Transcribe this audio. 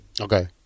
okay